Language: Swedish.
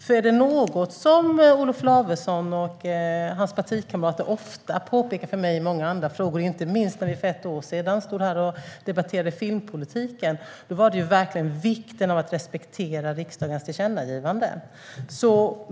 Är det något som Olof Lavesson och hans partikamrater ofta påpekar för mig i många andra frågor - inte minst när vi för ett år sedan stod här och debatterade filmpolitiken - är det verkligen vikten av att respektera riksdagens tillkännagivanden.